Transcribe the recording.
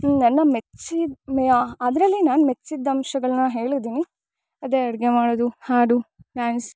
ನನ್ನ ಮೆಚ್ಚಿದ ಮೆ ಅದರಲ್ಲಿ ನಾನು ಮೆಚ್ಚಿದ ಅಂಶಗಳನ್ನ ಹೇಳಿದಿನಿ ಅದೆ ಅಡುಗೆ ಮಾಡೊದು ಹಾಡು ಡ್ಯಾನ್ಸ್